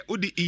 Udi